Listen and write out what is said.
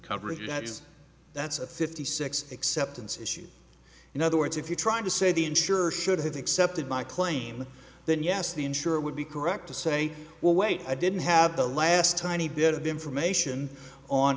coverage that's that's a fifty six acceptance issue in other words if you're trying to say the insurer should have accepted my claim then yes the insurer would be correct to say well wait i didn't have the last tiny bit of information on